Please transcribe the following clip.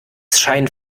scheint